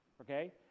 Okay